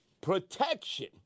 protection